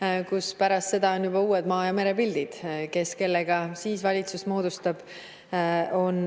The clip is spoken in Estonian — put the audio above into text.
ning pärast seda on juba uued maa‑ ja merepildid. Kes kellega siis valitsuse moodustab, on